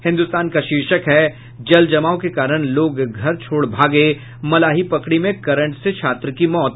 हिन्दुस्तान का शीर्षक है जलजमाव के कारण लोग घर छोड़ भागे मलाही पकड़ी में करंट से छात्र की मौत